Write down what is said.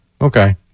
Okay